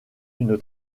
une